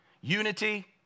Unity